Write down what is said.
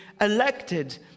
elected